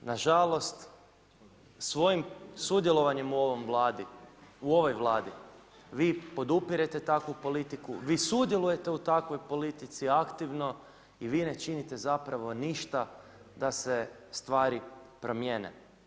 Nažalost, svojim sudjelovanjem u ovo Vladi, vi podupirete takvu politiku, vi sudjelujete u takvoj politici aktivno i vi ne činite zapravo ništa da se stvari promijene.